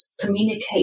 communicate